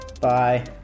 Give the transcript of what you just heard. Bye